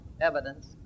evidence